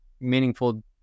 meaningful